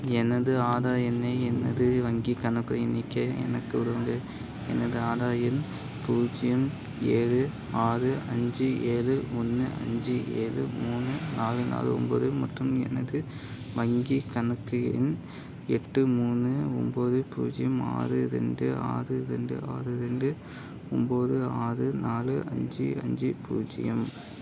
எனது ஆதார் எண்ணை என்னுடைய வங்கிக் கணக்கை இணைக்க எனக்கு உதவுங்கள் எனது ஆதார் எண் பூஜ்ஜியம் ஏழு ஆறு அஞ்சு ஏழு ஒன்று அஞ்சு ஏழு மூணு நாலு நாலு ஒம்பது மற்றும் எனது வங்கிக் கணக்கு எண் எட்டு மூணு ஒம்பது பூஜ்ஜியம் ஆறு ரெண்டு ஆறு ரெண்டு ஆறு ரெண்டு ஒம்பது ஆறு நாலு அஞ்சு அஞ்சு பூஜ்ஜியம்